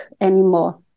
anymore